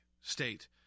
State